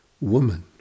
woman